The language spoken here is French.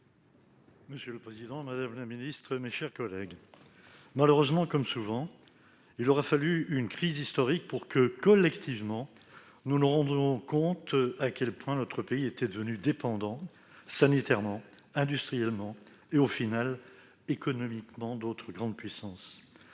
souverain européen ! La parole est à M. Bernard Fournier. Malheureusement, comme souvent, il aura fallu une crise historique pour que, collectivement, nous nous rendions compte à quel point notre pays était devenu dépendant sanitairement, industriellement et, au total, économiquement d'autres grandes puissances.